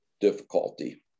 difficulty